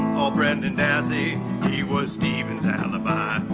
oh brendan dassey he was stephens alibi.